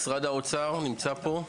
משרד האוצר נמצא פה?